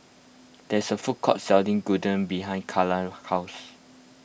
there is a food court selling Gyudon behind Cayla's house